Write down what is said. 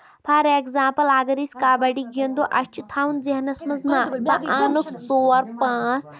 for example اَگر أسۍ کَبڑی گِندو اَسہِ چھُ تھوُن ذہنَس منٛز نہ بہٕ اَنُکھ ژور پانٛژھ